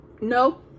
no